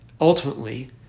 ultimately